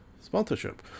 sponsorship